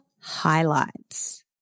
highlights